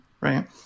right